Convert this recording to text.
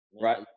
Right